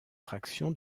fraction